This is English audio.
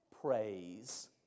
praise